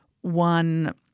one